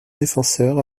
défenseur